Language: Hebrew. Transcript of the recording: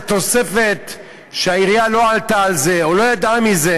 תוספת שהעירייה לא עלתה על זה או לא ידעה מזה,